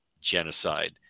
genocide